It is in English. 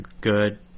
Good